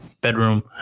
bedroom